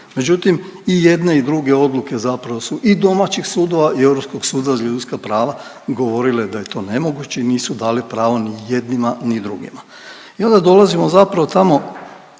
Međutim, i jedne i druge odluke zapravo su i domaćih sudova i Europskog suda za ljudska prava govorile da je to nemoguće i nisu dali pravo ni jednima ni drugima. I onda dolazimo tamo